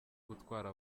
gutwara